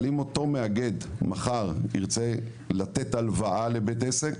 אבל אם אותו מאגד מחר ירצה לתת הלוואה לבית עסק,